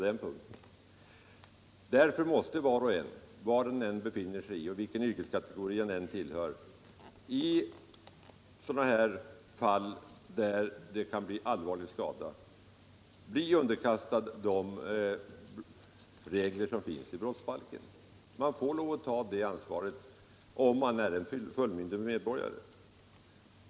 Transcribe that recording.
Därför måste var och en, vilken yrkeskategori han än tillhör, i sådana här fall där det kan bli allvarlig skada, underkastas de regler som finns i brottsbalken. Man får lov att ta det ansvaret om man är en fullmyndig medborgare.